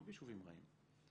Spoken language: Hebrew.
לא ביישובים רעים.